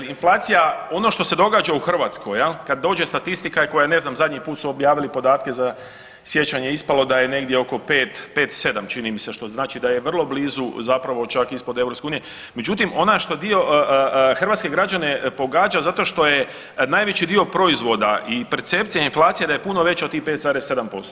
Jer inflacija, ono što se događa u Hrvatskoj jel kad dođe statistika i koja ne znam zadnji put su objavili podatke za siječanj je ispalo da negdje oko 5 5 7 čini mi se što znači da je vrlo blizu zapravo čak ispod EU, međutim ona što dio hrvatske građane pogađa zato što je najveći dio proizvoda i percepcija je inflacije da je puno veća od tih 5,7%